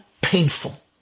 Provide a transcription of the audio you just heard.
painful